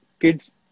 kids